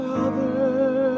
Father